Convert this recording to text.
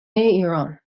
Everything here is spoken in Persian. ایران